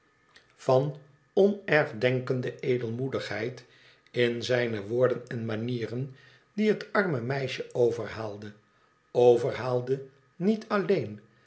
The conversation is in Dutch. van onergdenkende edelmoedigheid in zijne woorden en manieren die het arme meisje overhaalde overhaalde niet alleen